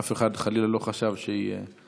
אף אחד, חלילה, לא חשב שאין